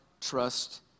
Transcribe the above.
trust